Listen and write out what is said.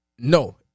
No